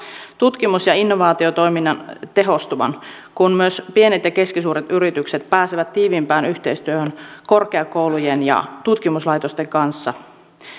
tutkimus ja ja innovaatiotoiminnan tehostuvan kun myös pienet ja keskisuuret yritykset pääsevät tiiviimpään yhteistyöhön korkeakoulujen ja tutkimuslaitosten kanssa